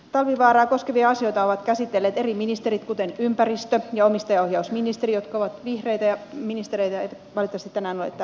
talvivaaraa koskevia asioita ovat käsitelleet eri ministerit kuten ympäristö ja omistajaohjausministeri jotka ovat vihreitä ministereitä eivätkä valitettavasti tänään ole täällä paikalla